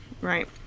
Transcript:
right